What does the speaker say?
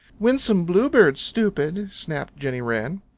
winsome bluebird, stupid! snapped jenny wren.